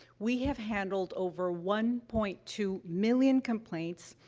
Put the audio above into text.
we have handled over one point two million complaints,